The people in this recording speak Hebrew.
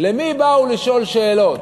אל מי באו לשאול שאלות?